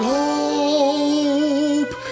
hope